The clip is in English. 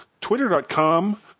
twitter.com